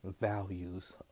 values